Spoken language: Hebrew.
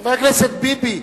חבר הכנסת ביבי,